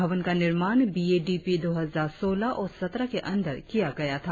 भवन का निर्माण बी ए डी पी दो हजार सौलह सत्रह के अंदर किया गया था